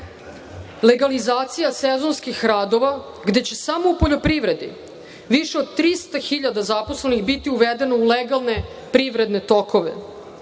Legalizacija sezonskih radova gde će samo u poljoprivredi više od 300 hiljada zaposlenih biti uvedeno u legalne privredne tokove.